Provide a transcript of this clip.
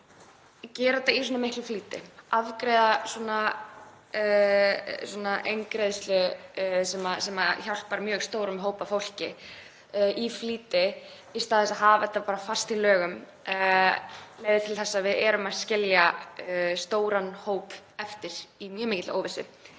að gera þetta í svona miklum flýti, afgreiða svona eingreiðslu sem hjálpar mjög stórum hópi af fólki í flýti, í stað þess að hafa þetta bara fast í lögum, leiðir til þess að við erum að skilja stóran hóp eftir í mjög mikilli óvissu.